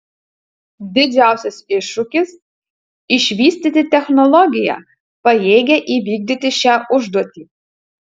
didžiausias iššūkis išvystyti technologiją pajėgią įvykdyti šią užduotį